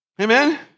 Amen